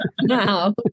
Now